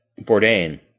Bourdain